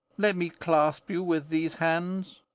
let me clasp you with these hands,